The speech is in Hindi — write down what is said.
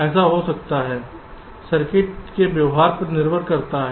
ऐसा हो सकता है सर्किट के व्यवहार पर निर्भर करता है